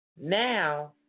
Now